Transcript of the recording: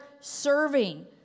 Serving